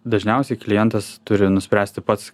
dažniausiai klientas turi nuspręsti pats